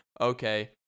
okay